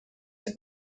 have